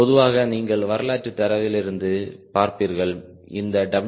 பொதுவாக நீங்கள் வரலாற்று தரவுலிருந்து பார்ப்பீர்கள் இந்த WeW0 0